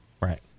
Right